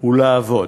"ולעבוד"